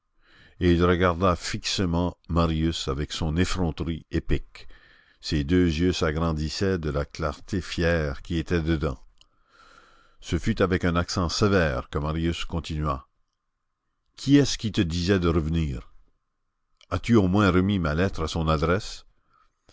et il regarda fixement marius avec son effronterie épique ses deux yeux s'agrandissaient de la clarté fière qui était dedans ce fut avec un accent sévère que marius continua qui est-ce qui te disait de revenir as-tu au moins remis ma lettre à son adresse